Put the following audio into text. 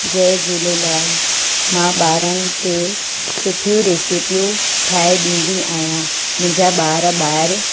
जय झूलेलाल मां ॿारनि खे सुठियूं रेसिपियूं ठाहे ॾींदी आहियां मुंहिंजा ॿार ॿाहिरि